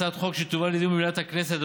הצעת חוק שתובא לדיון במליאת הכנסת,